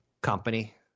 company